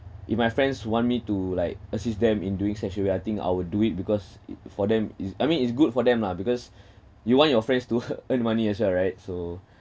if my friends want me to like assist them in doing StashAway I think I'll do it because it for them it's I mean it's good for them lah because you want your friends to earn money as well right so